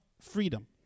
freedom